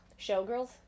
Showgirls